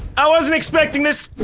i wasn't expecting this.